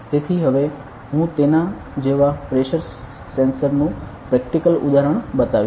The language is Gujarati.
તેથી હવે હું તેના જેવા પ્રેશર સેન્સર નું પ્રેક્ટિકલ ઉદાહરણ બતાવીશ